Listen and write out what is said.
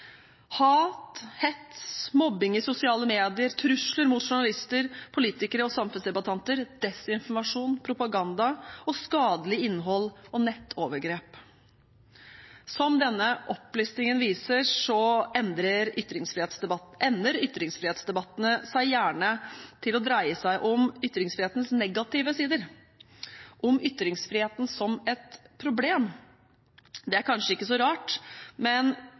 hat, hets og mobbing i sosiale medier, trusler mot journalister, politikere og samfunnsdebattanter, desinformasjon og propaganda, og skadelig innhold og nettovergrep. Som denne opplistingen viser, ender ytringsfrihetsdebattene gjerne med å dreie seg om ytringsfrihetens negative sider, om ytringsfriheten som et problem. Det er kanskje ikke så rart, men